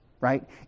right